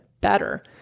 better